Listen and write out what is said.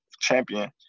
champion